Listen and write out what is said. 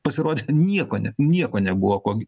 pasirodė nieko nieko nebuvo kuo